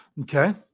okay